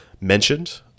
mentioned